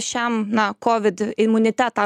šiam na kovid imunitetą